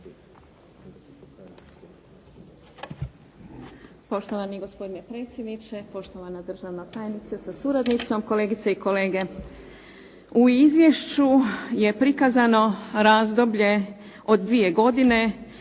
Poštovani gospodine predsjedniče, poštovana državna tajnice sa suradnicom, kolegice i kolege. U izvješću je prikazano razdoblje od dvije godine